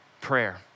prayer